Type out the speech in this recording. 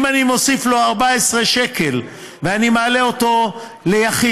אם אני מוסיף לו 14 שקל ואני מעלה אותו ליחיד,